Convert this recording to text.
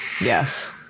yes